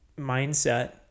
mindset